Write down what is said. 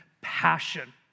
passion